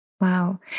wow